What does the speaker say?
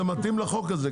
זה מתאים לחוק הזה,